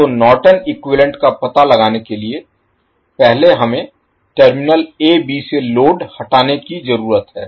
तो Norton equivalent का पता लगाने के लिए पहले हमें टर्मिनल a b से लोड हटाने की जरूरत है